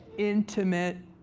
intimate,